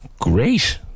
Great